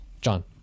john